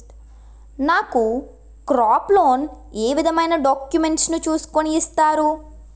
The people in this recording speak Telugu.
నాకు క్రాప్ లోన్ ఏ విధమైన డాక్యుమెంట్స్ ను చూస్కుని ఇస్తారు?